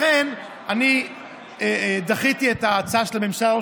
לכן דחיתי את ההצעה של הממשלה,